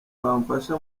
bamfasha